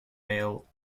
ale